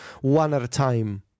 one-at-a-time